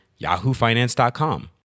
yahoofinance.com